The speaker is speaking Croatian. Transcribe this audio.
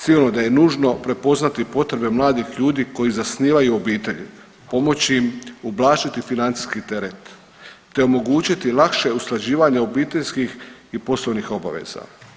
Sigurno da je nužno prepoznati potrebe mladih ljudi koji zasnivaju obitelj, pomoći im, ublažiti financijski teret te omogućiti lakše usklađivanje obiteljskih i poslovnih obaveza.